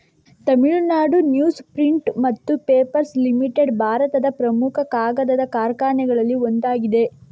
Tamil Nadu newsprint ಮತ್ತು papers limited ಭಾರತದ ಪ್ರಮುಖ ಕಾಗದ ಕಾರ್ಖಾನೆಗಳಲ್ಲಿ ಒಂದಾಗಿದೆ